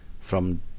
From